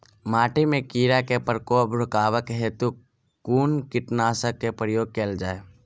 माटि मे कीड़ा केँ प्रकोप रुकबाक हेतु कुन कीटनासक केँ प्रयोग कैल जाय?